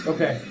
Okay